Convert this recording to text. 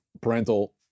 parental